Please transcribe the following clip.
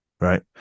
right